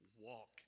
Walk